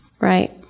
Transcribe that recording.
Right